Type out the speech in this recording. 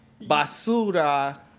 basura